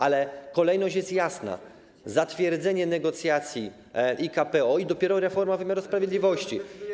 Ale kolejność jest jasna: zatwierdzenie negocjacji i KPO i dopiero reforma wymiaru sprawiedliwości.